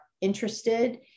interested